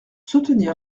soutenir